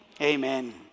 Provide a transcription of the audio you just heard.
Amen